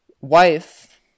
wife